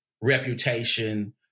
reputation